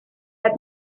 had